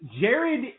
Jared